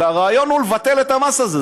אלא הרעיון הוא לבטל את המס הזה,